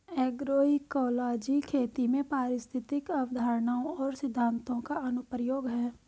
agroecology खेती में पारिस्थितिक अवधारणाओं और सिद्धांतों का अनुप्रयोग है